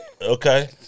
Okay